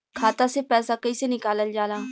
खाता से पैसा कइसे निकालल जाला?